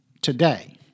today